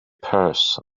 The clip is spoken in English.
purse